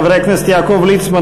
חברי הכנסת יעקב ליצמן,